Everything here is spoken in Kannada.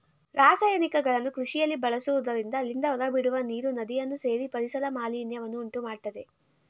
ರಾಸಾಯನಿಕಗಳನ್ನು ಕೃಷಿಯಲ್ಲಿ ಬಳಸುವುದರಿಂದ ಅಲ್ಲಿಂದ ಹೊರಬಿಡುವ ನೀರು ನದಿಯನ್ನು ಸೇರಿ ಪರಿಸರ ಮಾಲಿನ್ಯವನ್ನು ಉಂಟುಮಾಡತ್ತದೆ